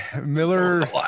Miller